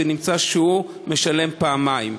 ונמצא שהוא משלם פעמיים.